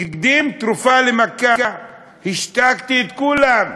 הקדים תרופה למכה: השתקתי את כולם,